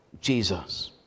Jesus